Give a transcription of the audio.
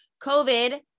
COVID